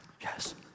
yes